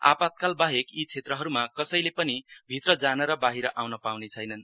आपातकाल बाहेक यी क्षेत्रहरूमा कसैले पनि भित्र जान र बाहिर आउन पाउने छैनन्